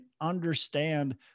understand